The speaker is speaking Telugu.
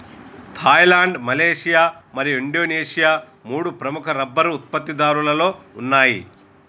థాయిలాండ్, మలేషియా మరియు ఇండోనేషియా మూడు ప్రముఖ రబ్బరు ఉత్పత్తిదారులలో ఉన్నాయి